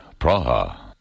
Praha